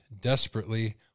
desperately